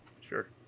sure